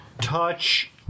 Touch